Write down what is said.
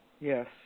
Yes